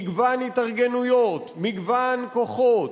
מגוון התארגנויות, מגוון כוחות,